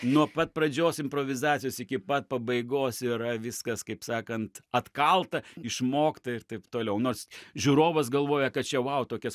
nuo pat pradžios improvizacijos iki pat pabaigos yra viskas kaip sakant atkalta išmokta ir taip toliau nors žiūrovas galvoja kad čia vau tokias